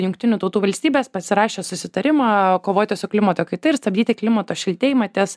jungtinių tautų valstybės pasirašė susitarimą kovoti su klimato kaita ir stabdyti klimato šiltėjimą ties